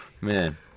man